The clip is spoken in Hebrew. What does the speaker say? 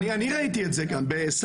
אני ראיתי את זה גם בסנדק,